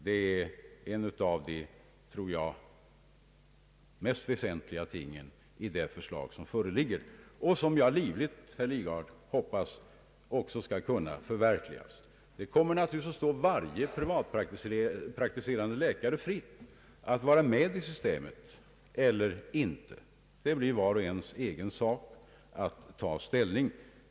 Jag tror att detta är ett av de väsentligaste inslagen i det av riksförsäkringsverket framlagda förslaget, och jag hoppas därför, herr Lidgard, att det skall kunna förverkligas. Det kommer naturligtvis att stå varje privatpraktiserande läkare fritt att vara med i detta system eller inte. Där får var och en ta ställning.